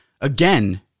again